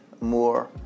more